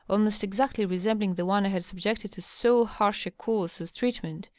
almost exactly resembling the one i had subjected to so harsh a course of treatment,